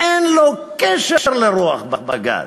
אין לו קשר לרוח בג"ץ.